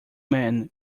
man